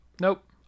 Nope